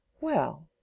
Well